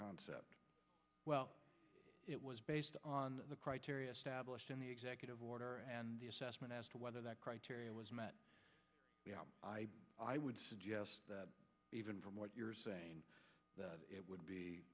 concept well it was based on the criteria stablished in the executive order and the assessment as to whether that criteria was met i would suggest that even from what you're saying it would be